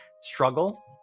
struggle